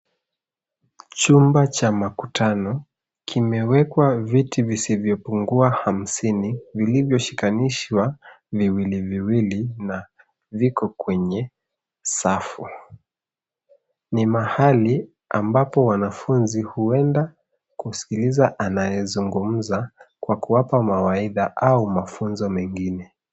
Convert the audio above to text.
Chumba cha makutano , kimewekwa viti visivyopungua hamsini vilivyoshikanishwa viwili viwili na viko kwenye stafu. Ni mahali ambapo wanafunzi huenda kusikiliza anayezungumza kwa kuwapa mawaidha au mafunzo mengine.